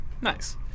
Nice